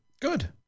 Good